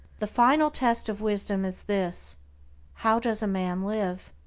the final test of wisdom is this how does a man live?